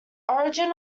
origin